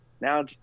now